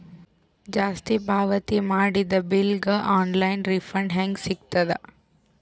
ಜಾಸ್ತಿ ಪಾವತಿ ಮಾಡಿದ ಬಿಲ್ ಗ ಆನ್ ಲೈನ್ ರಿಫಂಡ ಹೇಂಗ ಸಿಗತದ?